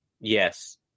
yes